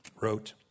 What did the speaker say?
wrote